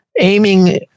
aiming